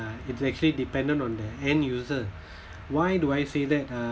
it's actually dependent on the end user why do I say that uh